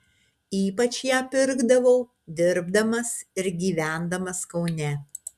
ypač ją pirkdavau dirbdamas ir gyvendamas kaune